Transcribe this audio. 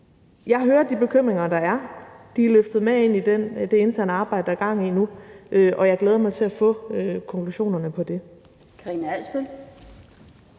Jeg hører de bekymringer, der er. De er løftet med ind i det interne arbejde, der er gang i nu, og jeg glæder mig til at få konklusionerne på det.